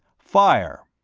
fire!